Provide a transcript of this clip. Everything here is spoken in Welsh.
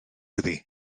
iddi